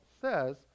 says